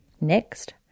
Next